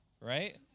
right